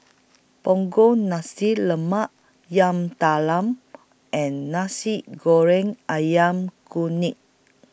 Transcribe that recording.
Punggol Nasi Lemak Yam Talam and Nasi Goreng Ayam Kunyit